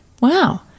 Wow